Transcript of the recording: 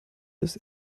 des